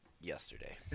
yesterday